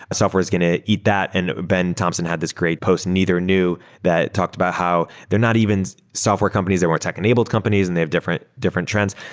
software is going to eat that. and ben thompson had this great post, neither knew, that talked about how they're not even software companies, they weren't tech-enabled companies and they have different different trends.